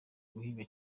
guhinga